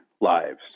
lives